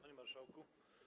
Panie Marszałku!